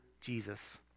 Jesus